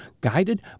guided